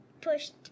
pushed